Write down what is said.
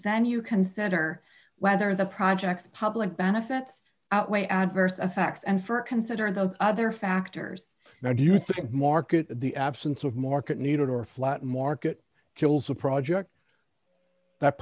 you consider whether the projects public benefits outweigh adverse effects and for considering those other factors now do you think market in the absence of market needed or flat market kills a project that